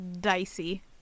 dicey